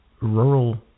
rural